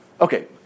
Okay